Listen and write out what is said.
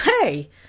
hey